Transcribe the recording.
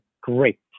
Great